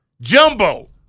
Jumbo